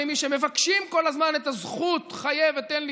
מי שמבקשים כל הזמן את הזכות "חיה ותן לחיות"